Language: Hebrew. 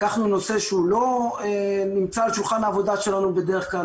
לקחנו נושא שהוא לא נמצא על שולחן העבודה שלנו בדרך כלל,